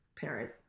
parent